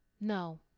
No